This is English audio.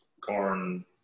corn